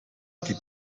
die